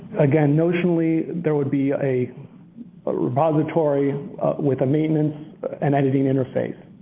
again, notionally, there would be a a repository with a maintenance and editing interface,